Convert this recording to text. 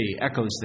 echoes